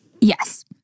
Yes